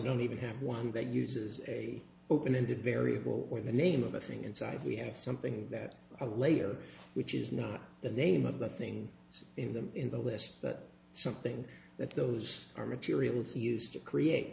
don't even have one that uses a open ended variable or the name of a thing inside we have something that a layer which is not the name of the thing in them in the list but something that those are materials used to create